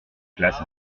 classe